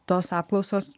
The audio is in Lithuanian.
tos apklausos